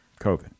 COVID